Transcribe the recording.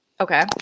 Okay